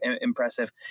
impressive